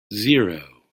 zero